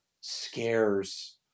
scares